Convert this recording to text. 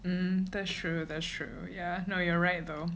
um that's true that's true yeah no you're right though